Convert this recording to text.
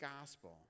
gospel